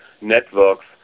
networks